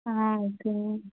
ஆ ஓகேங்க மிஸ்